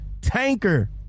tanker